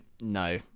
no